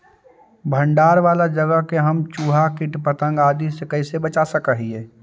भंडार वाला जगह के हम चुहा, किट पतंग, आदि से कैसे बचा सक हिय?